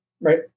right